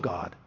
God